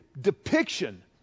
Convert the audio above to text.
depiction